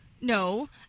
No